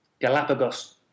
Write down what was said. Galapagos